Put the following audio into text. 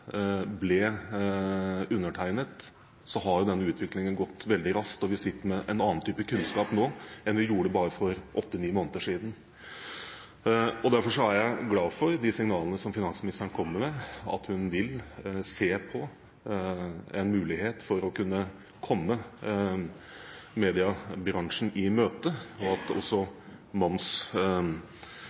ble undertegnet, har denne utviklingen gått veldig raskt, og vi sitter med en annen type kunnskap nå enn vi gjorde bare for åtte–ni måneder siden. Derfor er jeg glad for de signalene som finansministeren kommer med, at hun vil se på en mulighet for å kunne komme mediebransjen i møte, og at også